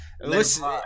Listen